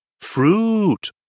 Fruit